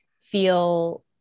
feel